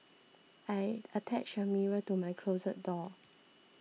I attached a mirror to my closet door